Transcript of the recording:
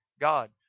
God